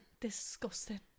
Disgusting